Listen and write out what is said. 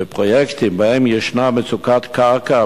בפרויקטים שבהם יש מצוקת קרקע,